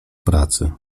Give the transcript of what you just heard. pracy